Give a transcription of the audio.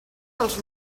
dels